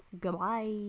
goodbye